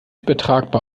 übertragbar